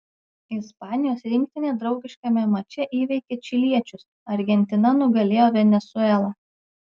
ispanijos rinktinė draugiškame mače įveikė čiliečius argentina nugalėjo venesuelą